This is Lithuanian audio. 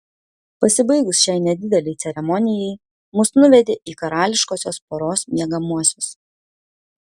pasibaigus šiai nedidelei ceremonijai mus nuvedė į karališkosios poros miegamuosius